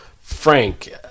Frank